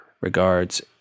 Regards